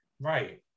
Right